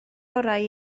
orau